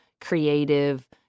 creative